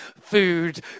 food